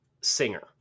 singer